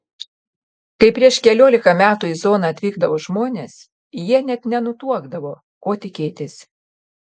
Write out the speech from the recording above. kai prieš keliolika metų į zoną atvykdavo žmonės jie net nenutuokdavo ko tikėtis